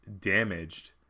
damaged